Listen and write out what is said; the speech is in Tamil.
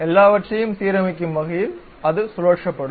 எல்லாவற்றையும் சீரமைக்கும் வகையில் அது சுழற்றப்படும்